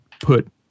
put